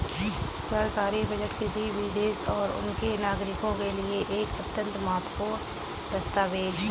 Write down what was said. सरकारी बजट किसी भी देश और उसके नागरिकों के लिए एक अत्यंत महत्वपूर्ण दस्तावेज है